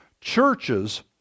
Churches